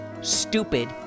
Stupid